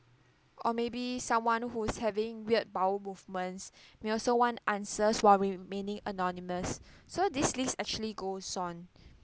or maybe someone who's having weird bowel movements may also want answers while remaining anonymous so this list actually goes on